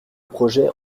projet